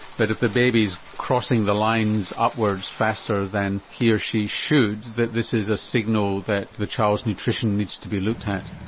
that if a baby's crossing the lines upwards, faster than he or she should, that this is a signal that the child's nutrition needs to be looked at?